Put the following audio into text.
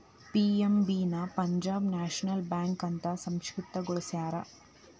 PNB ನ Punjab National Bank ಅಂತ ಸಂಕ್ಷಿಪ್ತ ಗೊಳಸ್ಯಾರ